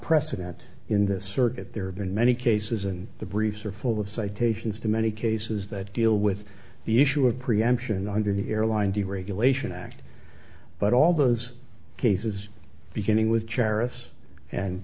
precedent in this circuit there have been many cases and the briefs are full of citations to many cases that deal with the issue of preemption under the airline deregulation act but all those cases beginning with